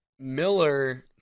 Miller